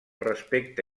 respecte